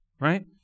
right